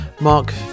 Mark